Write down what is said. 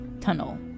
tunnel